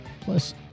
plus